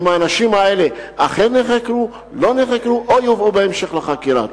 אם האנשים האלה אכן נחקרו או לא נחקרו או יובאו בהמשך לחקירה.